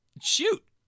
shoot